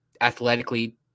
athletically